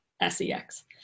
S-E-X